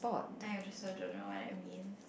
I also don't know what it means